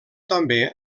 també